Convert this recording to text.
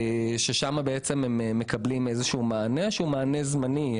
שם הם בעצם מקבלים איזשהו מענה שהוא מענה זמני.